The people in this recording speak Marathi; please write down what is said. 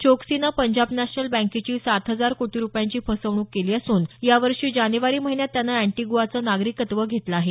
चोकसीनं पंजाब नॅशनल बँकेची सात हजार कोटी रुपयांची फसवणूक केली असून या वर्षी जानेवारी महिन्यात त्यानं देशाबाहेर पसार होत अँटिगुआचं नागरिकत्व घेतलं आहे